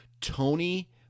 Tony